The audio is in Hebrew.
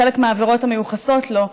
בחלק מהעבירות המיוחסות לו,